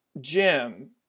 Jim